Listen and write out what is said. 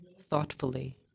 thoughtfully